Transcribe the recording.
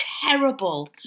Terrible